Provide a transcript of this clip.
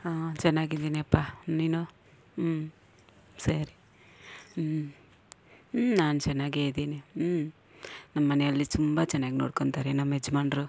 ಹಾಂ ಚೆನ್ನಾಗಿದ್ದೀನಿಯಪ್ಪ ನೀನು ಹ್ಞೂ ಸರಿ ಹ್ಞೂ ಹ್ಞೂ ನಾನು ಚೆನ್ನಾಗೆ ಇದ್ದೀನಿ ಹ್ಞೂ ನಮ್ಮನೆಯಲ್ಲಿ ತುಂಬ ಚೆನ್ನಾಗಿ ನೋಡ್ಕೊಳ್ತಾರೆ ನಮ್ಮ ಯಜಮಾನ್ರು